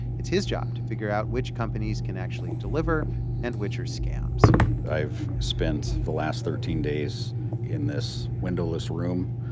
it's his job to figure out which companies can actually deliver and which are scams i've spent the last thirteen days in this windowless room,